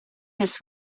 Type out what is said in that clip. this